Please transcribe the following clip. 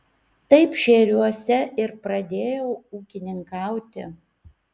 taip šėriuose ir pradėjau ūkininkauti